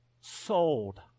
sold